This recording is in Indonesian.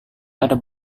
ada